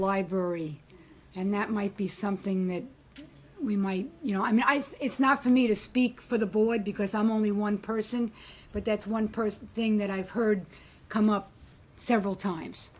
library and that might be something that we might you know i mean it's not for me to speak for the boy because i'm only one person but that's one person thing that i've heard come up several times